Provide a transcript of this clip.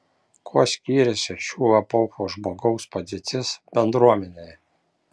kuo skyrėsi šių epochų žmogaus padėtis bendruomenėje